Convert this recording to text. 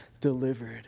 delivered